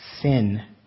sin